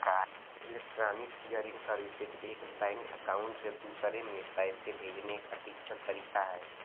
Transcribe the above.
electronic clearing services एक bank account से दूसरे में पैसे भेजने का डिजिटल तरीका है